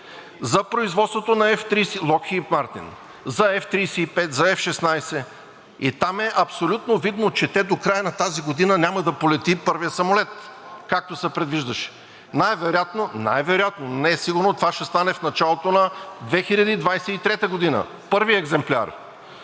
за производството на F-35, за F-16 и там е абсолютно видно, че до края на тази година няма да полети и първият самолет, както се предвиждаше! Най-вероятно, но не е сигурно, това ще стане в началото на 2023 г. – първият екземпляр.